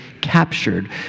captured